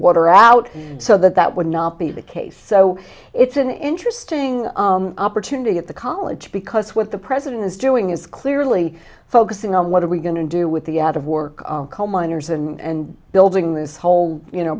water out so that that would not be the case so it's an interesting opportunity at the college because what the president is doing is clearly focusing on what are we going to do with the out of work coal miners and building this whole you know